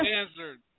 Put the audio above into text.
answered